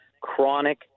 chronic